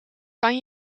kan